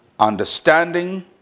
Understanding